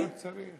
לא צריך, לא צריך.